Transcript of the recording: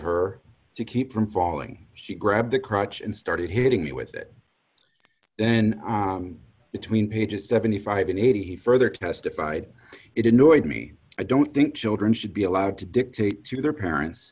her to keep from falling she grabbed the crotch and started hitting me with it then between pages seventy five and eighty he further testified it annoyed me i don't think children should be allowed to dictate to their parents